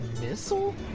missile